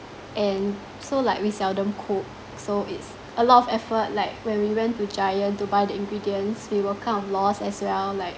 and so like we seldom cook so it's a lot of effort like when we went to giant to buy the ingredients we were kind of lost as well like